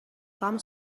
come